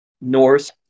north